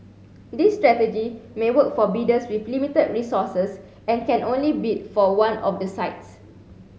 this strategy may work for bidders with limited resources and can only bid for one of the sites